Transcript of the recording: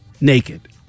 naked